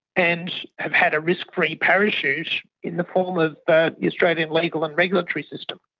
and have had a risk-free parachute in the form of the australian legal and regulatory system.